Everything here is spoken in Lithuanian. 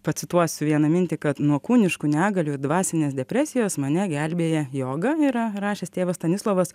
pacituosiu vieną mintį kad nuo kūniškų negalių dvasinės depresijos mane gelbėja joga yra rašęs tėvas stanislovas